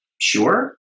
sure